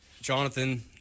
Jonathan